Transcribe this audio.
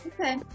Okay